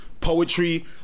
poetry